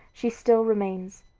she still remains,